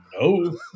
no